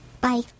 Bye